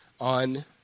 on